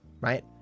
right